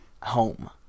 home